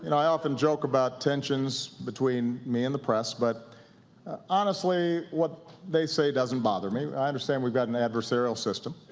and i often joke about tensions between me and the press, but honestly, what they say doesn't bother me. i understand we've got an adversarial system.